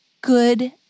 good